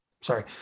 Sorry